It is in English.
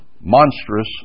monstrous